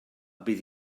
bydd